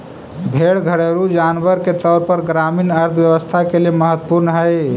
भेंड़ घरेलू जानवर के तौर पर ग्रामीण अर्थव्यवस्था के लिए महत्त्वपूर्ण हई